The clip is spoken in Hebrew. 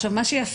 עכשיו, מה שיפה